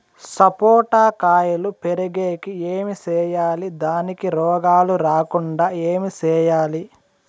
సపోట కాయలు పెరిగేకి ఏమి సేయాలి దానికి రోగాలు రాకుండా ఏమి సేయాలి?